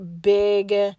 big